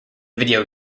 video